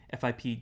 FIP